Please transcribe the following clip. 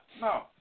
no